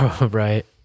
Right